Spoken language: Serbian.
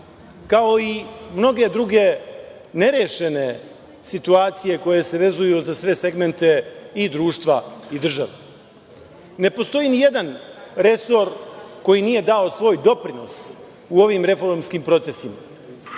kao i mnoge druge nerešene situacije koje se vezuju za sve segmente i društva i države. Ne postoji nijedan resor koji nije dao svoj doprinos u ovim reformskim procesima.